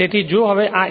તેથી જો હવે આ A છે